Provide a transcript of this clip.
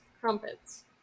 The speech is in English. crumpets